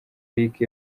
eric